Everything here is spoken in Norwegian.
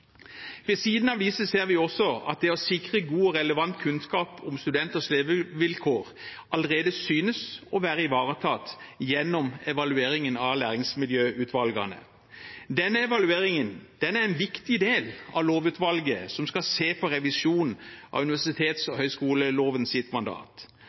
Ved siden av disse ser vi også at det å sikre god og relevant kunnskap om studenters levevilkår allerede synes å være ivaretatt gjennom evalueringen av læringsmiljøutvalgene. Denne evalueringen er en viktig del av lovutvalget som skal se på revisjon av universitets- og høyskolelovens mandat.